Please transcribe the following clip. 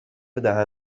دهن